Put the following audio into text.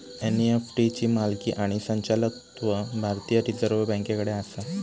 NEFT ची मालकी आणि संचालकत्व भारतीय रिझर्व बँकेकडे आसा